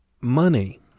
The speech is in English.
money